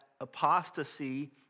apostasy